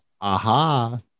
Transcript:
aha